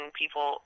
people